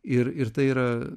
ir ir tai yra